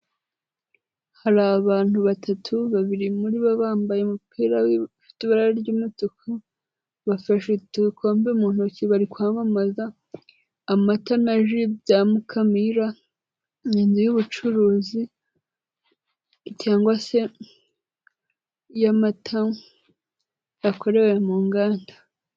Hari abantu batatu babiri muri bo bambaye umupira ufite ibara ry'umutuku, bafashe ibikombe mu ntoki bari kwamamaza, amata na ji bya Mukamira, inzu y'ubucuruzi cyangwa se y'amata yakorewe mu nganda.